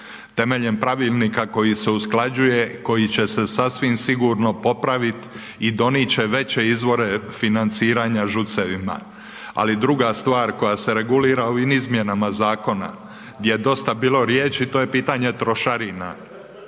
Temeljem pravilnika koji se usklađuje, koji će se sasvim sigurno popravit i donijet će veće izvore financiranja ŽUC-evima, ali druga stvar koja se regulira ovim izmjenama zakona gdje je dosta bilo riječi to je pitanje trošarina.